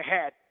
ahead